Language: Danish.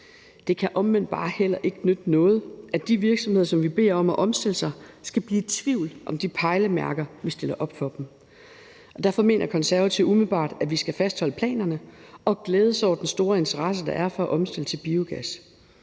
Det kan omvendt bare ikke nytte noget, at de virksomheder, som vi beder om at omstille sig, skal blive i tvivl om de pejlemærker, som vi stiller op for dem. Derfor mener Konservative umiddelbart, at vi skal fastholde planerne og glæde os over den store interesse, der er for at omstille til biogas.